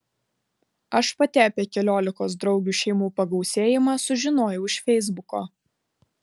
aš pati apie keliolikos draugių šeimų pagausėjimą sužinojau iš feisbuko